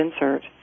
insert